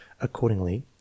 accordingly